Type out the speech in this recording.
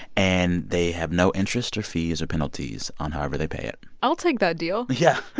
and they have no interest or fees or penalties on however they pay it i'll take that deal yeah